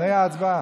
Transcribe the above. לפני ההצבעה.